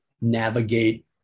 navigate